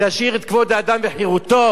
תשאיר את כבוד האדם וחירותו,